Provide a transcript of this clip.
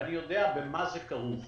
ויודע במה זה כרוך,